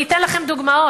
אני אתן לכם דוגמאות.